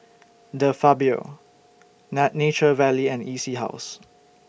De Fabio Nature Valley and E C House